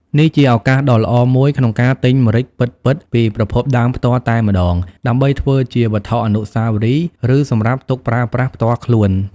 នេះជាឱកាសដ៏ល្អមួយក្នុងការទិញម្រេចពិតៗពីប្រភពដើមផ្ទាល់តែម្ដង ដើម្បីធ្វើជាវត្ថុអនុស្សាវរីយ៍ ឬសម្រាប់ទុកប្រើប្រាស់ផ្ទាល់ខ្លួន ។